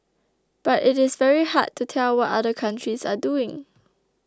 but it is very hard to tell what other countries are doing